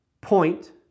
point